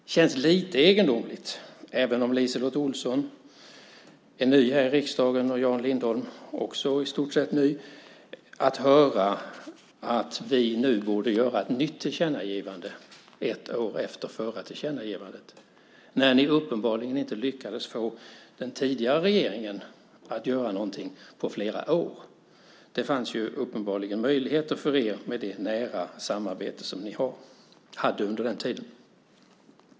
Det känns lite egendomligt - även om LiseLotte Olsson och Jan Lindholm är i stort sett nya här i riksdagen - att höra att vi nu borde göra ett nytt tillkännagivande ett år efter det förra tillkännagivandet, när ni uppenbarligen inte lyckades få den tidigare regeringen att göra någonting på flera år. Det fanns ju uppenbarligen möjligheter till det för er med det nära samarbete som ni hade under den tiden.